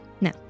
No